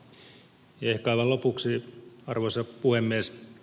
ehkä aivan lopuksi arvoisa puhemies